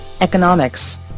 Economics